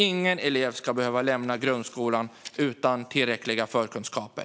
Ingen elev ska behöva lämna grundskolan utan tillräckliga förkunskaper.